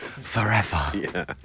Forever